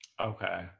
Okay